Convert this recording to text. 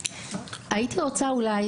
הייתי רוצה אולי,